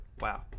Wow